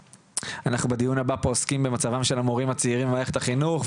אנחנו בדיון הבא פה עוסקים במצבם של המורים הצעירים במערכת החינוך,